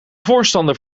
voorstander